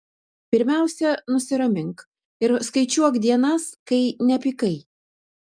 pirmiausia nusiramink ir skaičiuok dienas kai nepykai